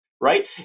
right